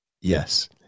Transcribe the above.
Yes